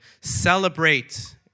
celebrate